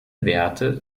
werte